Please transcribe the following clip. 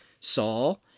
saul